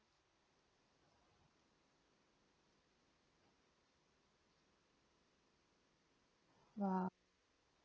!wah!